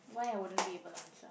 why I wouldn't be able to answer